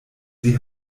sie